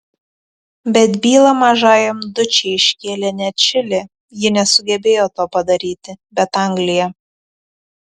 bet bylą mažajam dučei iškėlė ne čilė ji nesugebėjo to padaryti bet anglija